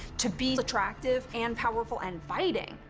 to be attractive and powerful and fighting.